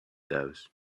those